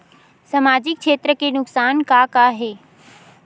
सामाजिक क्षेत्र के नुकसान का का हे?